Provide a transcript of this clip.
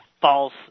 false